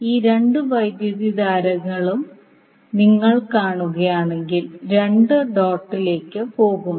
ഈ രണ്ട് വൈദ്യുതധാരകളും നിങ്ങൾ കാണുകയാണെങ്കിൽ രണ്ടും ഡോട്ടിലേക്ക് പോകുന്നു